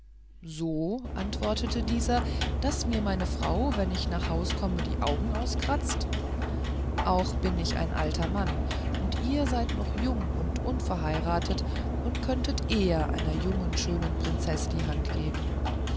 so antwortete dieser daß mir meine frau wenn ich nach haus komme die augen auskratzt auch bin ich ein alter mann und ihr seid noch jung und unverheiratet und könnet eher einer jungen schönen prinzeß die hand geben